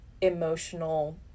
emotional